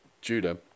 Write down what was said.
Judah